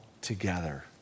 together